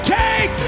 take